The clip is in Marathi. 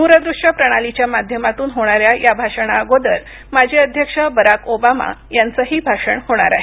दूरदृश्य प्रणालीच्या माध्यमातून होणाऱ्या या भाषणाअगोदर माजी अध्यक्ष बराक ओबामा यांचही भाषण होणार आहे